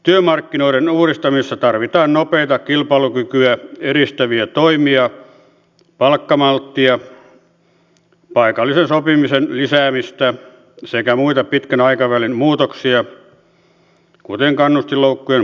työmarkkinoiden uudistamisessa tarvitaan nopeita kilpailukykyä edistäviä toimia palkkamalttia paikallisen sopimisen lisäämistä sekä muita pitkän aikavälin muutoksia kuten kannustinloukkujen purkamista